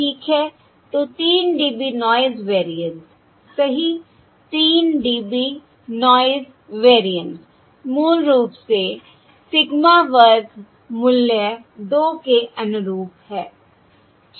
तो 3 dB noise variance सही 3 dB noise variance मूल रूप से सिग्मा वर्ग मूल्य 2 के अनुरूप है